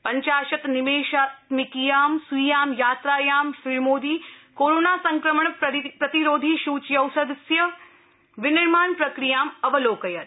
पञ्चाशत् निमेषात्मकीयां स्वीयां यात्रायां श्रीमोदी कोरोना संक्रमण प्रतिरोधी सूच्यौषधस्य विनिर्माण प्रक्रियां अवलोकयत्